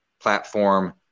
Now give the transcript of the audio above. platform